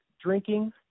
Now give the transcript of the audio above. drinking